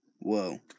Whoa